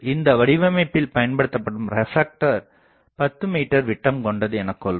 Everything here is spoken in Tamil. இந்த வடிவமைப்பில் பயன்படுத்தப்படும் ரெப்லெக்டர 10 மீ விட்டம் கொண்டது எனக்கொள்வோம்